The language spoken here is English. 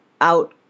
out